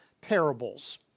parables